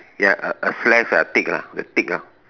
ya a a slash ah tick ah the tick ah